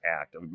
act